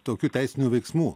tokių teisinių veiksmų